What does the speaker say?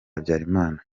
habyarimana